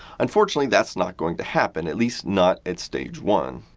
unfortunately, that's not going to happen. at least not at stage one.